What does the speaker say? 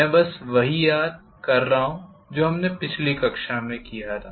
मैं बस वही याद रहा हूँ जो हमने पिछली कक्षा में किया था